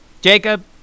Jacob